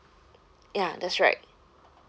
ya that's right